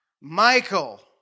Michael